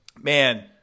man